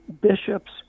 bishops